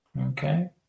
Okay